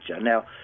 Now